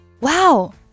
Wow